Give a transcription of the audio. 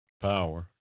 power